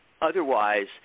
otherwise